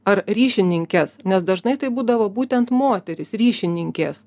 ar ryšininkes nes dažnai tai būdavo būtent moterys ryšininkės